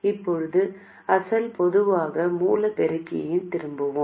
இது ஒரு மின்னழுத்த மூலமாகும் இது பூஜ்ஜியமாகும்